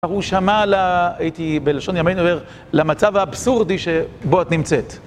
הוא שמע ל.. הייתי בלשון ימינו אומר, למצב האבסורדי שבו את נמצאת.